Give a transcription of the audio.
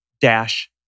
Dash